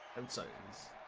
um science